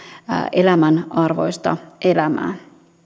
elämän arvoista elämää